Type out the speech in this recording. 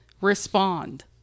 respond